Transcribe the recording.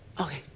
Okay